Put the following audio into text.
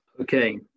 Okay